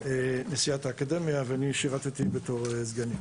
נשיאת האקדמיה ואני שירתי כסגן.